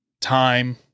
time